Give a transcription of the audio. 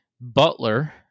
Butler